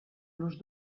los